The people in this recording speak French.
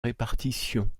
répartition